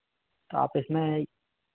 तो आप इसमें